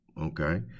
Okay